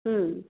ಹ್ಞೂ